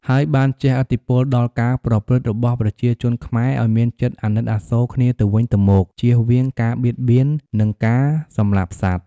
ហើយបានជះឥទ្ធិពលដល់ការប្រព្រឹត្តរបស់ប្រជាជនខ្មែរឱ្យមានចិត្តអាណិតអាសូរគ្នាទៅវិញទៅមក ចៀសវាងការបៀតបៀន និងការសម្លាប់សត្វ។